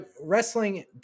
wrestling